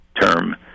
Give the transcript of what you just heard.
term